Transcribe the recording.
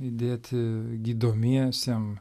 įdėti gydomiesiem